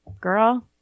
Girl